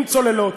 עם צוללות,